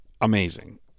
Amazing